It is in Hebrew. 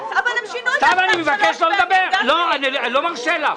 אני לא רוצה להעביר